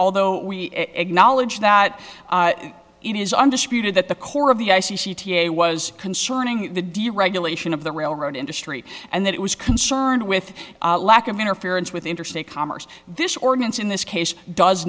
lthough we acknowledge that in his undisputed that the core of the i c c t a was concerning the deregulation of the railroad industry and that it was concerned with lack of interference with interstate commerce this ordinance in this case does